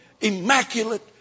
immaculate